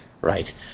Right